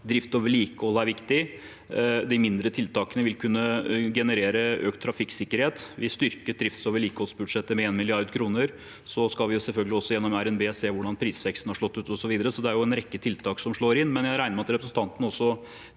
drift og vedlikehold er viktig. De mindre tiltakene vil kunne generere økt trafikksikkerhet. Vi styrket drifts- og vedlikeholdsbudsjettet med 1 mrd. kr. Vi skal selvfølgelig også gjennom revidert nasjonalbudsjett se hvordan prisveksten har slått ut, osv. Så det er en rekke tiltak som slår inn. Men jeg regner med at representanten